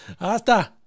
Hasta